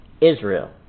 Israel